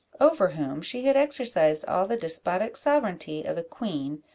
over whom she had exercised all the despotic sovereignty of a queen,